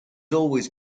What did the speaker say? always